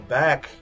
back